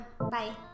Bye